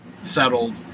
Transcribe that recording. settled